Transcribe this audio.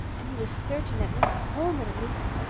and he was certain that miss coleman, at least,